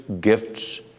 gifts